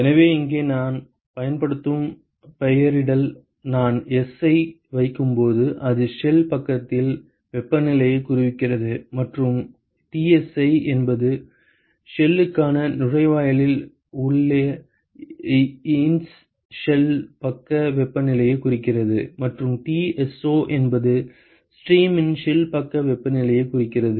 எனவே இங்கே நான் பயன்படுத்தும் பெயரிடல் நான் S ஐ வைக்கும்போது அது ஷெல் பக்கத்தில் வெப்பநிலையைக் குறிக்கிறது மற்றும் Tsi என்பது ஷெல்லுக்கான நுழைவாயிலில் உள்ள இன்ஸ் ஷெல் பக்க வெப்பநிலையைக் குறிக்கிறது மற்றும் Tso என்பது ஸ்ட்ரீமின் ஷெல் பக்க வெப்பநிலையைக் குறிக்கிறது